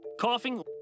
Coughing